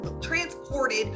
transported